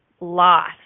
loss